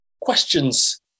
questions